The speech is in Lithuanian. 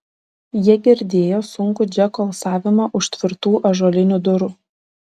jie girdėjo sunkų džeko alsavimą už tvirtų ąžuolinių durų